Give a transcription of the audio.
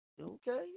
Okay